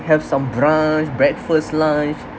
have some brunch breakfast lunch